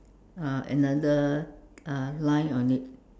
uh another uh line on it